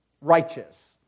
righteous